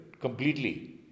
completely